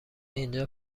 اینجا